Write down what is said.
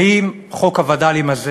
ואם חוק הווד"לים הזה,